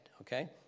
okay